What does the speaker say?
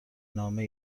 نامه